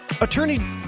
attorney